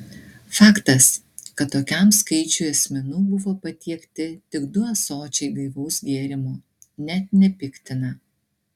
faktas kad tokiam skaičiui asmenų buvo patiekti tik du ąsočiai gaivaus gėrimo net nepiktina